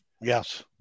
yes